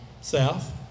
South